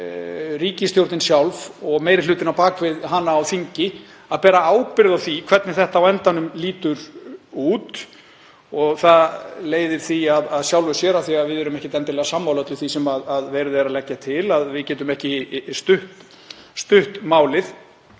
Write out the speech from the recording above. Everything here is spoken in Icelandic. ríkisstjórnin sjálf og meiri hlutinn á bak við hana á þingi, að bera ábyrgð á því hvernig þetta lítur út á endanum. Það leiðir því af sjálfu, af því að við erum ekkert endilega sammála öllu því sem verið er að leggja til, að við getum ekki stutt málið.